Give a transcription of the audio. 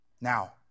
Now